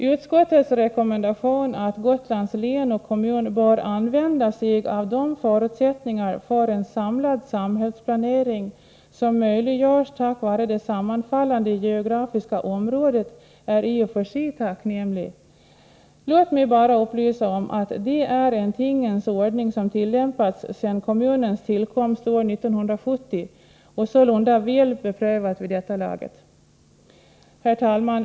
Utskottets rekommendation att Gotlands län och kommun bör använda sig av de förutsättningar för en samlad samhällsplanering som finns på grund av de sammanfallande geografiska områdena är i och för sig tacknämlig. Låt mig bara upplysa om att det är en tingens ordning som tillämpats sedan kommunens tillkomst år 1970 och som sålunda är väl beprövad vid detta laget. Herr talman!